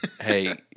Hey